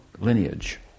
lineage